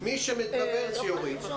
שיוריד.